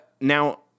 Now